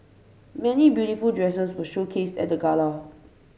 many beautiful dresses were showcased at the gala